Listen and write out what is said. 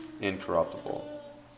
incorruptible